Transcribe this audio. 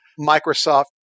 Microsoft